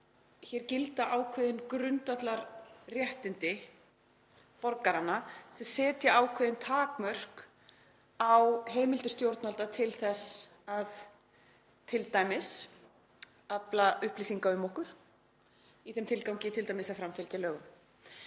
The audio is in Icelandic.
hér gilda ákveðin grundvallarréttindi borgaranna sem setja ákveðin takmörk á heimildir stjórnvalda til að afla upplýsinga um okkur í þeim tilgangi t.d. að framfylgja lögum.